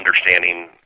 understanding